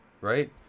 right